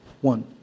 one